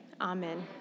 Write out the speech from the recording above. Amen